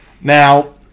Now